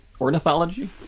Ornithology